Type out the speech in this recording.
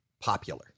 popular